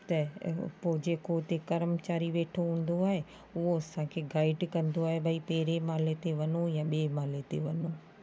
त पोइ जेको उते कर्मचारी वेठो हूंदो आहे उहो असांखे गाइड कंदो आहे भई पहिरें माले ते वञो या ॿिए माले ते वञो